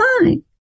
fine